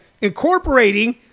incorporating